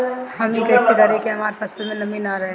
हम ई कइसे करी की हमार फसल में नमी ना रहे?